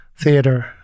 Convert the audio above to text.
theater